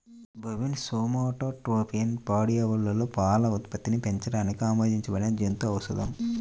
bovine somatotropin పాడి ఆవులలో పాల ఉత్పత్తిని పెంచడానికి ఆమోదించబడిన జంతు ఔషధం